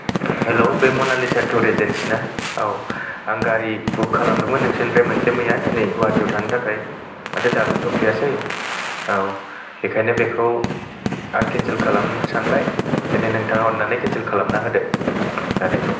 hello बे Manalisa tour agency ना औ आं गारि बुक खालामदोंमेन नोंसोरनिफ्राय मोनसे मैया दिनै गुवाहाथियाव थांनो थाखाय माथो दाबो सफैयासै औ बेखायनो बेखौ आं केन्सेल खालामनो सानबाय ओंखायनो नोंथाङा अननानै केन्सेल खालामना हरदो गारि खौ